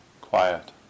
quiet